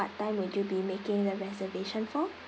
what time will you be making the reservation for